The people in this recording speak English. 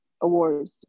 awards